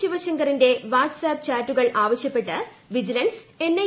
ശിവശങ്കറിന്റെ WhatsApp ചാറ്റുകൾ ആവശ്യപ്പെട്ട് vigilance N I